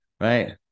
Right